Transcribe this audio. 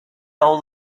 old